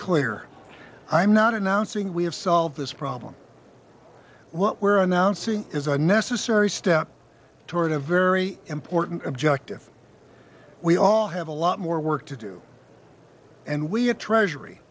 clear i'm not announcing we have solved this problem what we're announcing is a necessary step toward a very important objective we all have a lot more work to do and we at treasury